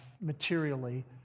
materially